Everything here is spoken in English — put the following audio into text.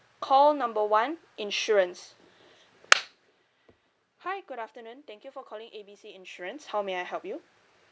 call number one insurance hi good afternoon thank you for calling A B C insurance how may I help you